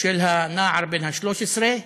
של הנער בן ה-13,